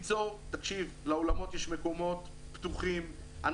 לאולמות יש מקומות פתוחים,